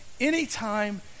anytime